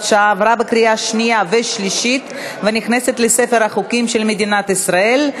שעה) עברה בקריאה שנייה ושלישית ונכנסת לספר החוקים של מדינת ישראל.